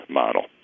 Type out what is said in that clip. model